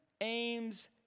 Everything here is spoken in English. aims